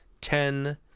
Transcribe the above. ten